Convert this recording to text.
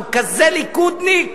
אבל הוא כזה ליכודניק.